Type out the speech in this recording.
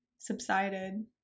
subsided